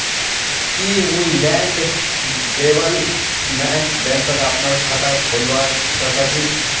की मुई land development बैंकत अपनार खाता खोलवा स ख छी?